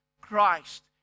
Christ